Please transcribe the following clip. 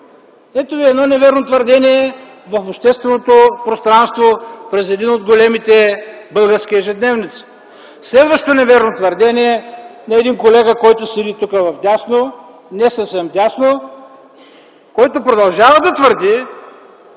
Ето ви едно невярно твърдение в общественото пространство през един от големите български ежедневници. Следващото невярно твърдение е на един колега, който седи тук вдясно, не съвсем вдясно, който продължава да твърди,